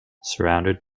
surrounded